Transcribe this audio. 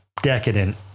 Decadent